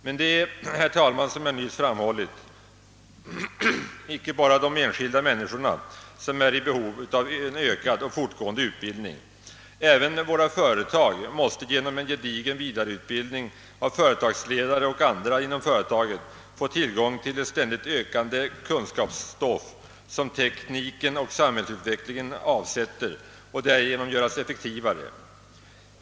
Men som jag nyss framhöll är icke bara de enskilda människorna i behov av ökande och fortgående utbildning. Även våra företag måste genom en gedigen vidareutbildning av företagsledare och andra inom företaget få tillgång till det ständigt ökande kunskapsstoff som tekniken och samhällsutvecklingen avsätter och därigenom göras effektivare.